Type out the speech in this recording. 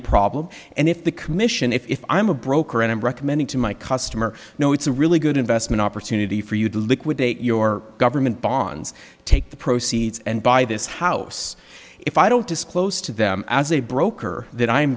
a problem and if the commission if i'm a broker and i'm recommending to my customer know it's a really good investment opportunity for you to liquidate your government bonds take the proceeds and buy this house if i don't disclose to them as a broker that i